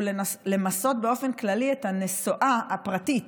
הוא למסות באופן כללי את הנסועה הפרטית